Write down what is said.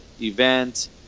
event